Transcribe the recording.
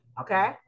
Okay